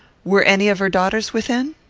were any of her daughters within?